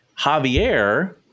Javier